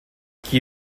qui